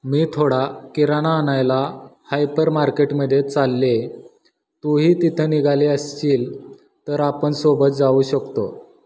मी थोडा किराणा आणायला हायपर मार्केटमध्ये चालले तूही तिथं निघाले असशील तर आपण सोबत जाऊ शकतो